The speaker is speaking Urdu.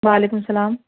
وعلیکم سلام